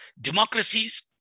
democracies